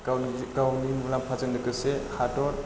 गावनिजे गावनि मुलाम्फाजों लोगोसे हादर